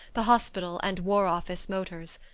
the hospital and war office motors.